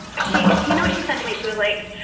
she, she, you know, she said to me, she was like,